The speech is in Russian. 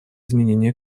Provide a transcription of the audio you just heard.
изменения